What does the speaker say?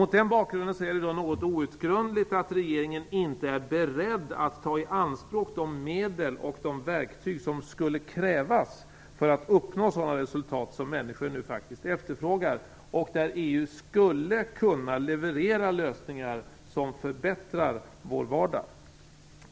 Mot den bakgrunden är det något outgrundligt att regeringen inte är beredd att ta i anspråk de medel och de verktyg som skulle krävas för att uppnå sådana resultat som människor nu faktiskt efterfrågar och där EU skulle kunna leverera lösningar som förbättrade vår vardag.